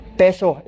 peso